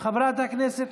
אינה נוכחת חיים ביטון,